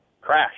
crash